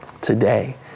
Today